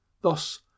Thus